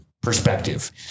perspective